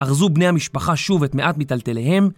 ארזו בני המשפחה שוב את מעט מטלטליהם